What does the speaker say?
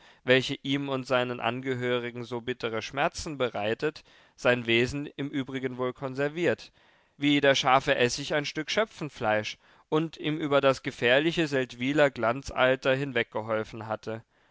welche ihm und seinen angehörigen so bittere schmerzen bereitet sein wesen im übrigen wohl konserviert wie der scharfe essig ein stück schöpfenfleisch und ihm über das gefährliche seldwyler glanzalter hinweggeholfen hatte